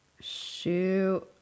shoot